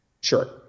sure